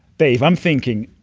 dave, i'm thinking,